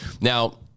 Now